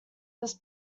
this